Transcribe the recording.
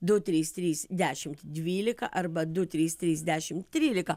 du trys trys dešimt dvylika arba du trys trys dešimt trylika